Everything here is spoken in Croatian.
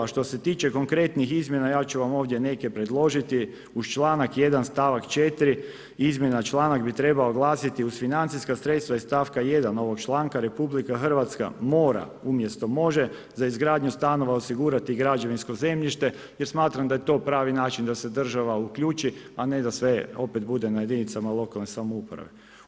Što se tiče konkretnih izmjena ja ću vam ovdje neke predložiti, uz čl. 1 stavka 4 izmjene čl. bi trebao glasiti uz financijska sredstva i stavka 1 ovog članka RH mora umjesto može za izgradnju stanova osigurati građevinsko zemljište, jer smatram da je to pravi način da se država uključi, a ne da sve opet bude na jedinicama lokalne samouprave.